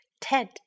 Ted